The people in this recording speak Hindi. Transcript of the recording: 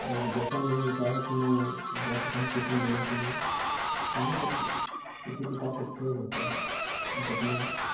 और जैसा मैंने बताया कि मैं गया था कम्पटिशन देने के लिए वहाँ पर भी इसी प्रकार से खेल होते हैं आप अपना